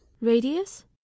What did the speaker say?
Radius